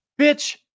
bitch